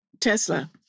Tesla